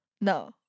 No